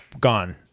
gone